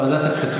ועדת הכספים.